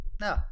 No